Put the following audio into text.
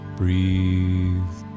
breathe